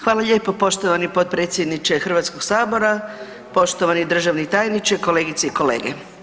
Hvala lijepa, poštovani potpredsjedniče Hrvatskog sabora, poštovani državni tajniče, kolegice i kolege.